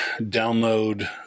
download